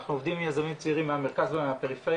אנחנו עובדים עם יזמים צעירים מהמרכז ומהפריפריה,